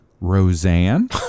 Roseanne